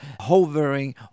hovering